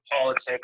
politics